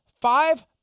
five